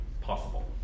possible